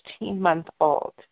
16-month-old